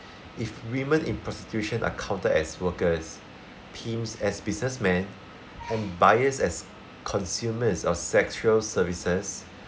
if women in prostitution are counted as workers pimps as businessman and buyers as consumers of sexual services